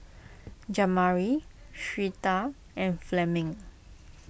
Jamari Syreeta and Fleming